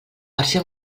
versió